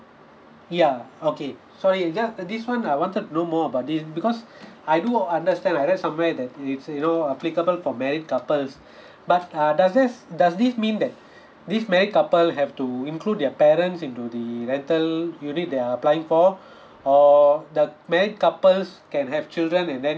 ya okay so it ju~ this one I wanted to know more about this because I do understand I read somewhere that it said you know applicable for married couples but uh does that's does this mean that this married couple have to include their parents into the rental unit they're applying for or the married couples can have children and then